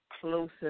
closer